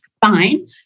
fine